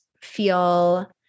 feel